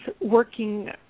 working